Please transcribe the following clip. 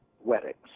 weddings